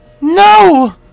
No